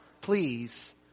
please